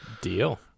Deal